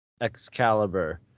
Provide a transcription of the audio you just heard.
Excalibur